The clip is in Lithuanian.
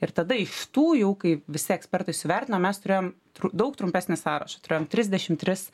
ir tada iš tų jau kai visi ekspertai suvertino mes turėjom tru daug trumpesnį sąrašą trisdešim tris